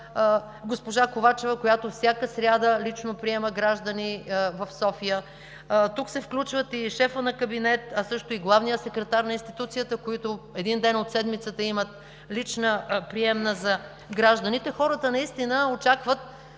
госпожа Ковачева, която всяка сряда лично приема граждани в София. Тук се включват шефът на кабинета, а също и главният секретар на институцията, които един ден от седмицата имат лична приемна за гражданите. Хората очакват